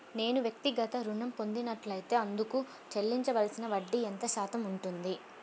నేను వ్యక్తిగత ఋణం పొందినట్లైతే అందుకు చెల్లించవలసిన వడ్డీ ఎంత శాతం ఉంటుంది?